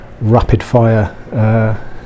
rapid-fire